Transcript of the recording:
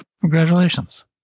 Congratulations